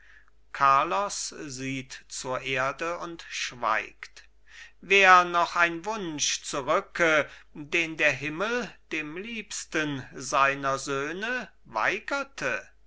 carlos sieht zur erde und schweigt wär noch ein wunsch zurücke den der himmel dem liebsten seiner söhne weigerte